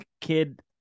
kid